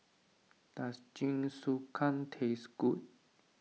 does Jingisukan taste good